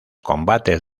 combates